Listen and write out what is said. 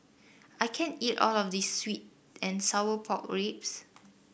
I can't eat all of this sweet and Sour Pork Ribs